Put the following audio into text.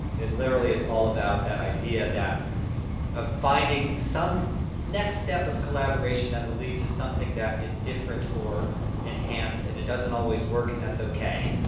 it literally is all about that idea that ah finding the next step of collaboration that will lead to something that is different or enhanced, and it doesn't always work, and that's okay,